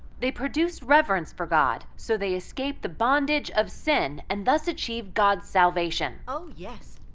they produce reverence for god, so they escape the bondage of sin and thus achieve god's salvation. oh, yes.